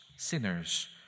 Sinners